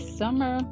summer